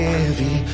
Heavy